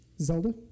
Zelda